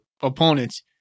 opponents